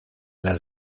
las